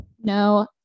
No